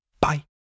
bye